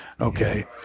okay